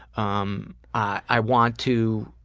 um i want to